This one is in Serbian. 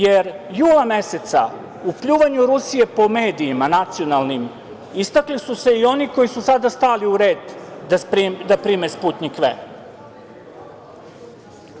Jer, jula meseca u pljuvanju Rusije po nacionalnim medijima istakli su se i oni koji su sada stali u red da prime „Sputnjik V“